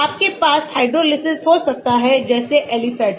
तो आपके पास हाइड्रोलिसिस हो सकता है जैसे aliphatic